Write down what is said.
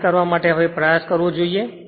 આને કરવા માટે હવે પ્રયાસ કરવો જોઈએ